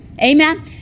Amen